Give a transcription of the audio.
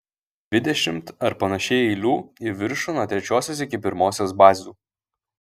dvidešimt ar panašiai eilių į viršų nuo trečiosios iki pirmosios bazių